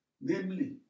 namely